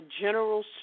general